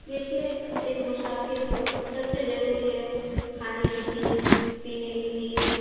دیکھیے ایک مسافر کو سب سے ضروری ہے کھانے کی چیز پینے کی چیز